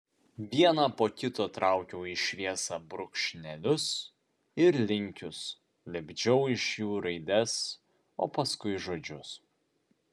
vieną po kito traukiau į šviesą brūkšnelius ir linkius lipdžiau iš jų raides o paskui žodžius